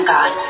God